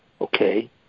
okay